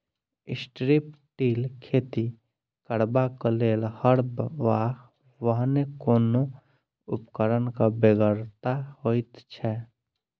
strip till खेती करबाक लेल हर वा एहने कोनो उपकरणक बेगरता होइत छै